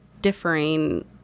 differing